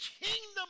kingdom